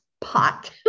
pot